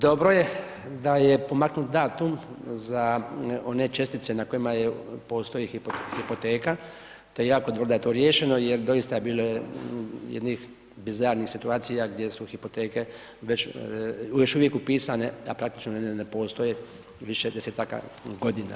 Dobro je da je pomaknut datum za one čestice na kojima postoji hipoteka, to je jako dobro da je to riješeno jer doista je bilo jednih bizarnih situacija gdje su hipoteke još uvijek upisane, a praktično niti ne postoje više desetaka godina.